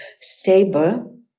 stable